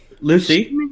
Lucy